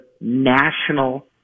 national